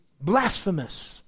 blasphemous